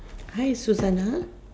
hi Susana